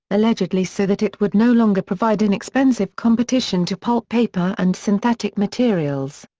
allegedly so that it would no longer provide inexpensive competition to pulp paper and synthetic materials.